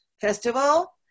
Festival